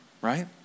Right